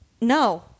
No